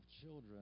children